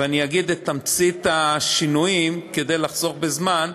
ואני אגיד את תמצית השינויים כדי לחסוך בזמן,